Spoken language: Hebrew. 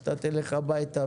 אז אתה תלך הביתה,